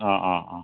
অঁ অঁ অঁ